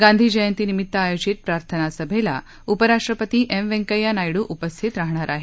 गांधीजयंतीनिमित्त आयोजित प्रार्थनासभेला उपराष्ट्रपती एम व्यंकय्या नायडू उपस्थित राहणार आहेत